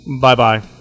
Bye-bye